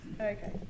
Okay